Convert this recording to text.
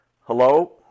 Hello